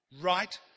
Right